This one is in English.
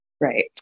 Right